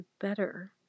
better